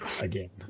again